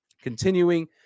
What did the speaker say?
continuing